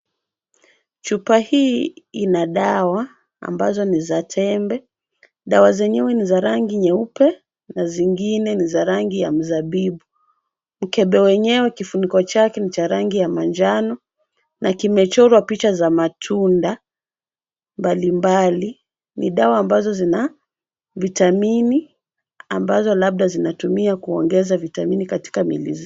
Chupa hii ina dawa ambazo ni za tembe. Dawa zenyewe ni za rangi nyeupe na zingine ni za rangi ya mzabibu. Mkebe wenyewe kifuniko chake ni cha rangi ya manjano na kimechorwa picha za matunda mbalimbali. Ni dawa ambazo zina vitamini ambazo labda zinatumia kuongeza vitamini katika miili zetu.